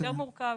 יותר מורכב.